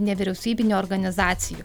nevyriausybinių organizacijų